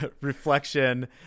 reflection